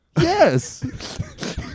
Yes